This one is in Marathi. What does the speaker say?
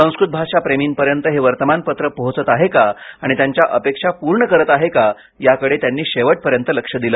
संस्कृत भाषा प्रेमींपर्यंत हे वर्तमानपत्र पोहोचत आहे का आणि त्यांच्या अपेक्षा पूर्ण करत आहे का याकडे त्यांनी शेवटपर्यंत लक्ष दिलं